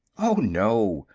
oh, no.